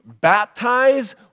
baptize